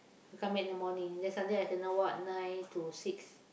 you come back in the morning then Sunday I kena what nine to six